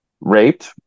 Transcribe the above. raped